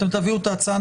אתן תביאו את ההצעה,